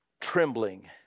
Trembling